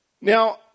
Now